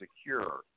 secure